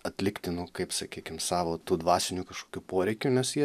atlikti nu kaip sakykim savo tų dvasinių kažkokių poreikių nes jie